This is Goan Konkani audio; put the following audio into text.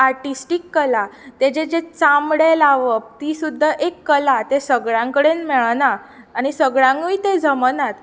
आर्टिस्टीक कला तेजें जें चामडें लावप ती सुद्दां एक कला तें सगळ्यां कडेन मेळना आनी सगळ्यांकूय तें जमना